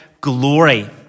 glory